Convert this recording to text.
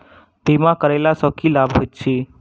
बीमा करैला सअ की लाभ होइत छी?